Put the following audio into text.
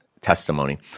testimony